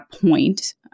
point